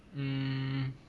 mm